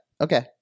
okay